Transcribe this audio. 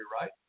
right